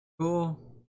Cool